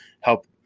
help